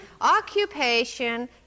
occupation